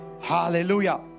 Hallelujah